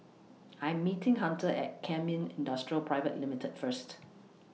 I Am meeting Hunter At Kemin Industries Private Limited First